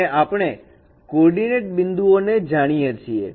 અને આપણે coordinate બિંદુઓને જાણીએ છીએ